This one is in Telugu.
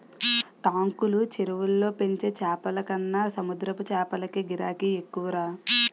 టాంకులు, చెరువుల్లో పెంచే చేపలకన్న సముద్రపు చేపలకే గిరాకీ ఎక్కువరా